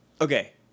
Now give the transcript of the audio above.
Okay